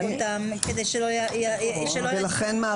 לכן,